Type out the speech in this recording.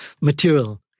material